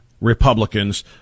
Republicans